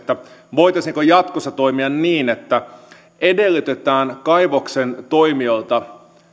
voitaisiinko jatkossa toimia niin että edellytetään kaivoksen toimijoilta että